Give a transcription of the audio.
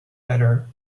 better